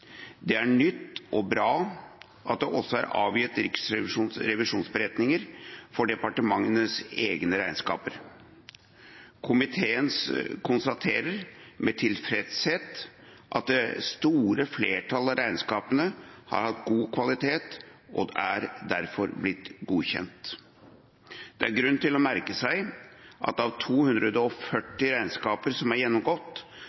Det er nytt og bra at det også er avgitt revisjonsberetninger for departementenes egne regnskaper. Komiteen konstaterer med tilfredshet at det store flertallet av regnskapene har hatt god kvalitet og er derfor blitt godkjent. Det er grunn til å merke seg at av